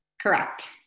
Correct